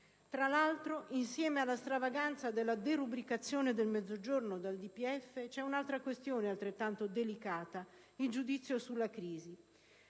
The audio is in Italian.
Tra l'altro, insieme alla stravaganza della derubricazione del Mezzogiorno dal DPEF, va richiamata un'altra questione altrettanto delicata: il giudizio sulla crisi.